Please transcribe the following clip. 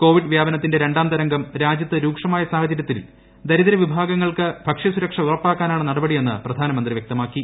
Covid വ്യാപനത്തിന്റെ രണ്ടാം തരംഗം രാജ്യത്ത് രൂക്ഷമായ സാഹചര്യത്തിൽ ദരിദ്ര വിഭാഗങ്ങൾക്ക് ഭക്ഷ്യ സുരക്ഷ ഉറപ്പാക്കാനാണ് നടപടിയെന്ന് പ്രധാനമന്ത്രി വ്യക്തമാക്കി